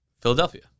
Philadelphia